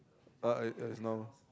uh uh it is no